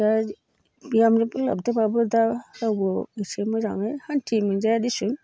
दा बिहामजो फैबाबोथ' दा रावबो एसे मोजाङै सान्थि मोनजाया देसुन